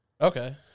Okay